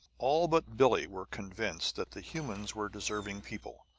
all but billie were convinced that the humans were deserving people,